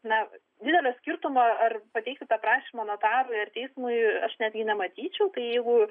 na didelio skirtumo ar pateikti tą prašymą notarui ar teismui aš netgi nematyčiau tai jeigu